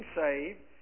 saved